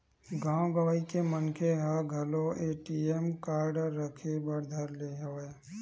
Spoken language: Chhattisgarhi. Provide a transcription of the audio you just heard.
गाँव गंवई के मनखे मन ह घलोक ए.टी.एम कारड रखे बर धर ले हवय